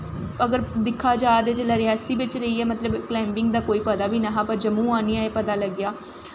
अगर दिक्खेआ जाए ते जिसलै रियासी बिच्च रेहियै मतलब कलाईबिंग दा पता बी नेईं ऐ हा पर जम्मू आनियै पता लग्गेआ